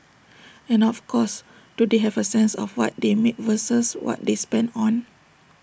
and of course do they have A sense of what they make versus what they spend on